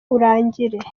urangire